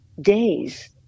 days